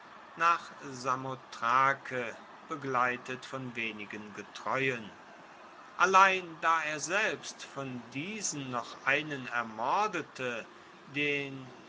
nach samothrake begleitet von wenigen getreuen allein da er selbst von diesen noch einen ermordete den